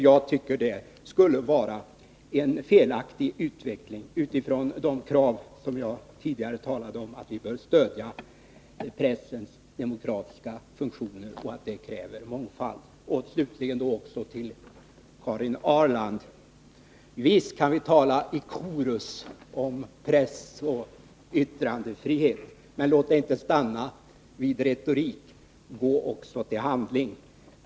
Jag tycker detta skulle vara en felaktig utveckling utifrån de krav som jag tidigare talat om: att vi bör stödja pressens demokratiska funktioner och att detta kräver mångfald. Slutligen till Karin Ahrland: Visst kan vi tala i korus om pressoch yttrandefrihet, men låt det inte stanna vid retorik. Gå också till handling!